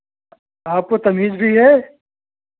आपको तमीज़ भी है